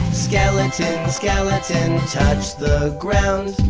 skeleton, skeleton touch the ground.